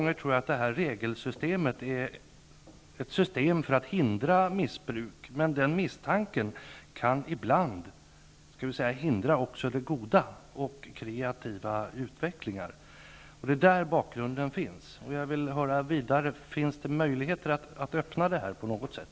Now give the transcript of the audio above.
Regelsystemet är nog många gånger till för att hindra missbruk, men den misstanken kan ibland också hindra goda och kreativa utvecklingar. Det är bakgrunden till frågan. Finns det möjligheter att ändra detta på något sätt?